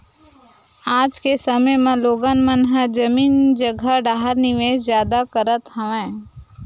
आज के समे म लोगन मन ह जमीन जघा डाहर निवेस जादा करत हवय